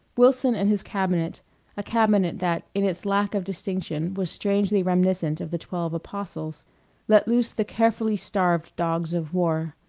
wilson and his cabinet a cabinet that in its lack of distinction was strangely reminiscent of the twelve apostles let loose the carefully starved dogs of war,